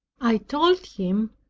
i told him,